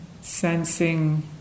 sensing